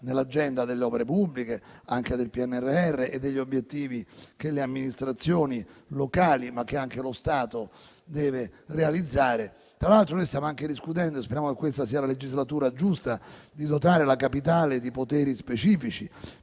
nell'agenda delle opere pubbliche, anche del PNRR e degli obiettivi che le amministrazioni locali, ma anche lo Stato, devono realizzare. Tra l'altro, noi stiamo anche discutendo, sperando che questa sia la legislatura giusta, di dotare la Capitale di poteri specifici,